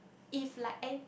if like an~